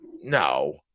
no